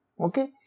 Okay